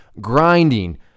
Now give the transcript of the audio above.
grinding